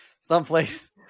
Someplace